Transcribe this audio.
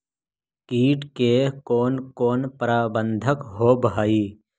किट के कोन कोन प्रबंधक होब हइ?